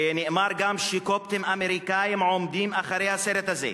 ונאמר גם שקופטים אמריקנים עומדים מאחורי הסרט הזה,